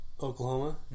Oklahoma